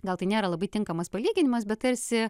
gal tai nėra labai tinkamas palyginimas bet tarsi